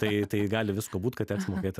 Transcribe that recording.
tai gali visko būt kad teks mokėt